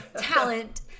talent